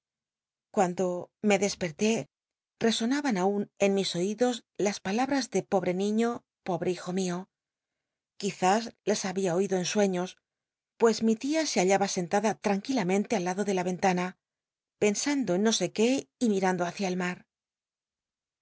cuando me desperté resonaban aun en mis oidos las palabms de pobre llillo job c rijo mio quizás las babia oído en sueños pues mi tia se hallaba sentada lranquilamcn tc al lado de la ventana pensando en no sé qué y mirando hácia el mar